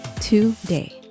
today